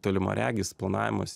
tolimaregis planavimas